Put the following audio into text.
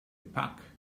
pack